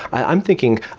i'm thinking,